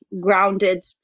grounded